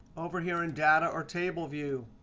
over here in data or table view,